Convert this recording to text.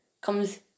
comes